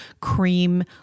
cream